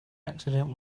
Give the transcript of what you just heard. accident